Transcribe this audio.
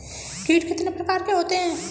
कीट कितने प्रकार के होते हैं?